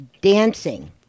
dancing